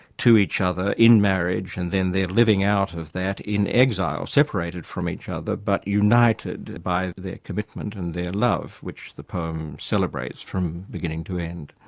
to each other in marriage and then their living out of that in exile, separated from each other but united by their commitment and their love, which the poem celebrates from beginning to end